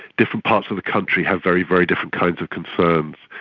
different parts of the country have very, very different kinds of concerns,